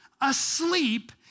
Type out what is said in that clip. asleep